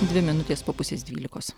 dvi minutės po pusės dvylikos